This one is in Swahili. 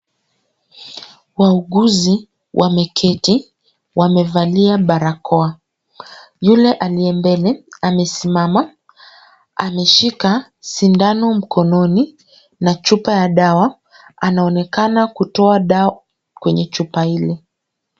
Wauguzi wameketi, wamevalia barakoa. Yule aliye mbele amesimama, ameshika sindano mkononi, na chupa ya dawa, anaonekana kutoa dawa kwenye chupa ile.